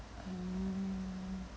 um